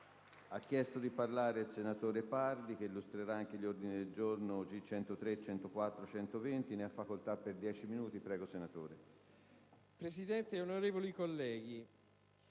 Presidente, onorevoli colleghi,